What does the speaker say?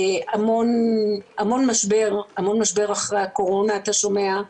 המון משבר אחרי הקורונה אתה שומע,